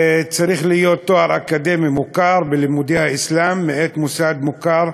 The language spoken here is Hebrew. צריך תואר אקדמי מוכר בלימודי האסלאם מאת מוסד מוכר